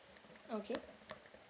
okay